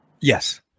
yes